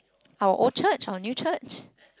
our old church our new church